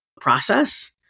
process